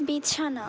বিছানা